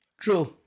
True